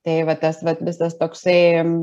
tai va tas vat visas toksai